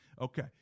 Okay